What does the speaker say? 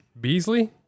Beasley